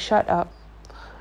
oh my god shut up